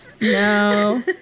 No